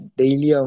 daily